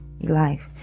life